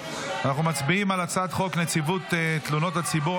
אנחנו מצביעים על הצעת חוק נציב תלונות הציבור